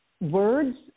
words